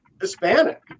Hispanic